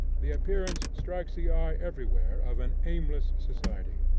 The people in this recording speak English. the appearance strikes the eye everywhere of an aimless society,